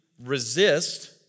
resist